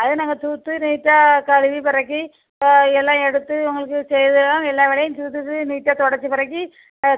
அது நாங்கள் தூத்து நீட்டாக கழுவி பெருக்கி எல்லாம் எடுத்து உங்களுக்கு செய் தரோம் எல்லா வேலையும் தூத்து நீட்டாக துடச்சி பெருக்கி